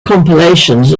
compilations